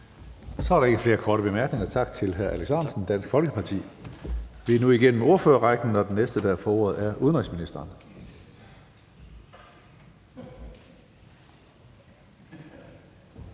Så er der ikke flere korte bemærkninger. Tak til hr. Alex Ahrendtsen, Dansk Folkeparti. Vi er nu igennem ordførerrækken, og den næste, der får ordet, er udenrigsministeren.